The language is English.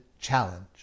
challenge